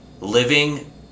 living